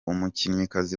umukinnyikazi